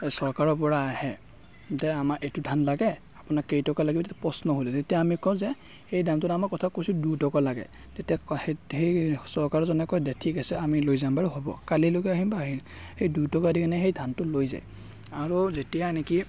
চৰকাৰৰ পৰা আহে যে আমাৰ এইটো ধান লাগে আপোনাক কেইটকা লাগিব তেতিয়া প্ৰশ্ন সোধে তেতিয়া আমি কওঁ যে সেই দামটোত আমাক কথা কৈছোঁ দুইটকা লাগে তেতিয়া কয় সেই সেই চৰকাৰৰজনে কয় দে ঠিক আছে আমি লৈ যাম বাৰু হ'ব কালিলৈকে আহিম সেই দুইটকা দি কেনে সেই ধানটো লৈ যায় আৰু যেতিয়া নেকি